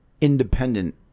independent